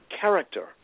character